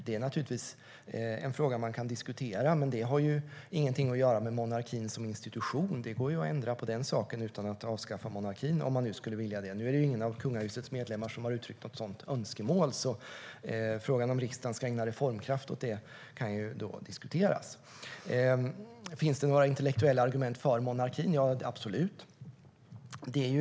Det är naturligtvis en fråga som man kan diskutera. Men det har ingenting att göra med monarkin som institution. Det går att ändra på den saken utan att avskaffa monarkin, om man nu skulle vilja det. Men det är ingen av kungahusets medlemmar som har uttryckt något sådant önskemål, så frågan om riksdagen ska ägna reformkraft åt det kan då diskuteras. Finns det några intellektuella argument för monarkin? Ja, absolut.